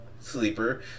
sleeper